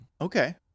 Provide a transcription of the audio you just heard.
Okay